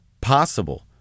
possible